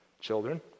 children